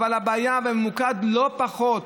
אבל הבעיה ממוקדת לא פחות.